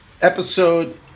Episode